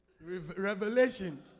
Revelation